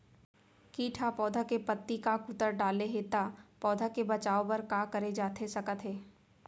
किट ह पौधा के पत्ती का कुतर डाले हे ता पौधा के बचाओ बर का करे जाथे सकत हे?